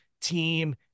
team